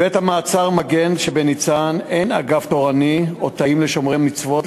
4. בבית-המעצר "מגן" שב"ניצן" אין אגף תורני או תאים לשומרי מצוות,